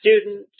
Student